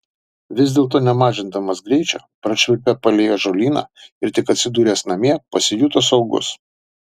vis dėlto nemažindamas greičio prašvilpė palei ąžuolyną ir tik atsidūręs namie pasijuto saugus